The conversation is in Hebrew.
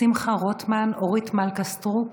שמחה רוטמן, אורית מלכה סטרוק,